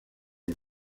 los